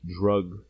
drug